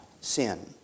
sin